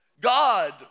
God